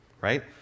Right